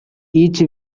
each